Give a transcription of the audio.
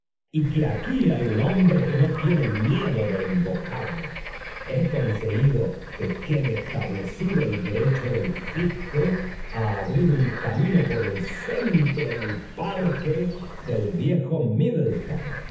y que aquí hay tin hombre que no tiene miedo de invocarla he conseguido que quede establecido el derecho del fisco á abrir un camino por el centro del parque del viejo middleton